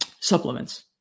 supplements